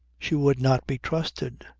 she would not be trusted.